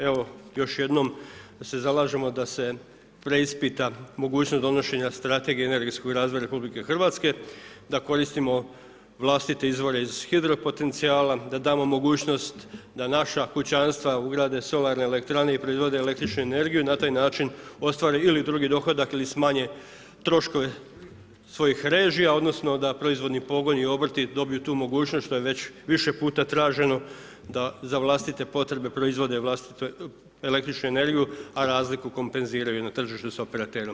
Evo još jedno se zalažemo da se preispita mogućnost donošenja strategije energetskog razvoja RH da koristimo vlastite izvore iz hidro potencijala, da damo mogućnost da naša kućanstva ugrade solarne elektrane i proizvode električnu energiju i na taj način ostvare ili drugi dohodak ili smanje troškove svojih režija odnosno da proizvodni pogoni i obrti dobiju tu mogućnost što je već više puta traženo, da za vlastite potrebe proizvode vlastitu električnu energiju a razliku kompenziraju i na tržištu sa operaterom.